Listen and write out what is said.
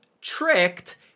tricked